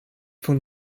von